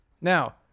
Now